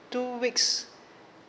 two weeks